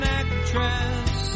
actress